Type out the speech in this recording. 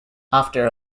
after